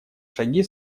шаги